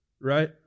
right